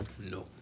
No